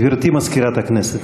גברתי מזכירת הכנסת.